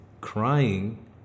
crying